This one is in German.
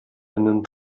einen